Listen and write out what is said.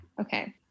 Okay